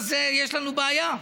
אז יש לנו בעיה,